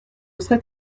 serait